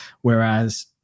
Whereas